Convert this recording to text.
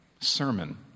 sermon